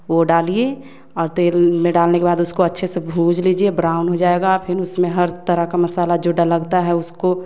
वो डालिए और तेल में डालने के बाद उसको अच्छे से भूज लीजिए ब्राउन हो जाएगा फिर उसमें हर तरह का मसाला जो लगता है उसको